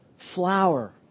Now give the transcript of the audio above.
flower